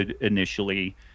initially